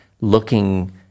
looking